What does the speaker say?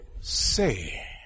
say